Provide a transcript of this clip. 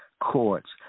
courts